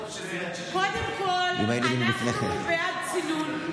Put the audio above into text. קודם כול אנחנו בעד צינון.